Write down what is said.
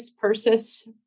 Persis